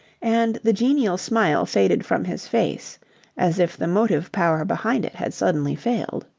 and the genial smile faded from his face as if the motive-power behind it had suddenly failed.